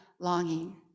longing